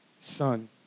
son